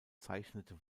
zeichnete